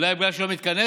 אולי בגלל שהיא לא מתכנסת.